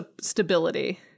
stability